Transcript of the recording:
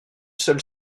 seule